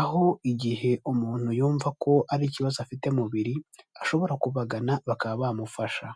aho igihe umuntu yumva ko hari ikibazo afite mu mubiri, ashobora kubagana bakaba bamufasha.